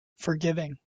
forgiving